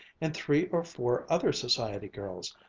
and three or four other society girls.